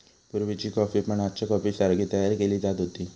पुर्वीची कॉफी पण आजच्या कॉफीसारखी तयार केली जात होती